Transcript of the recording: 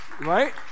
Right